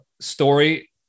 story